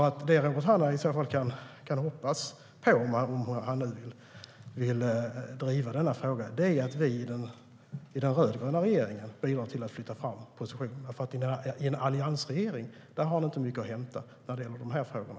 Vad Robert Hannah kan hoppas på, om han vill driva denna fråga, är att vi i den rödgröna regeringen bidrar till att flytta fram positionerna, för i en alliansregering har du inte mycket att hämta när det gäller de här frågorna.